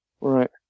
Right